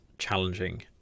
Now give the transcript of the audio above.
challenging